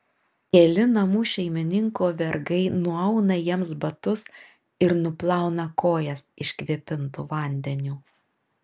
keli namų šeimininko vergai nuauna jiems batus ir nuplauna kojas iškvėpintu vandeniu